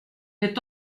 est